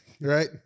right